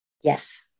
Yes